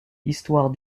histoire